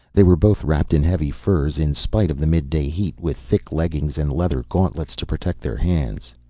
they were both wrapped in heavy furs, in spite of the midday heat, with thick leggings and leather gauntlets to protect their hands.